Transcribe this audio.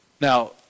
now